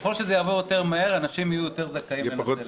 ככל שזה יעבור יותר מהר, אנשים יהיו זכאים יותר.